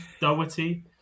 Doherty